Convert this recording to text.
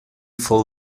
full